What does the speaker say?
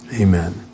Amen